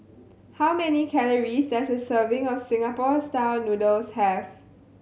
how many calories does a serving of Singapore Style Noodles have